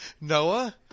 Noah